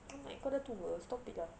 I'm like kau dah tua stop it lah